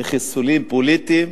מחיסולים פוליטיים